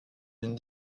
une